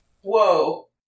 Whoa